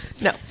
no